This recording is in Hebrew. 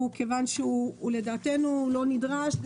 הוא מכיוון שלדעתנו הפסקה לא נדרשת,